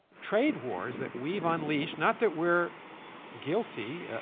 trade wars that we've unleashed, not that we're guilty,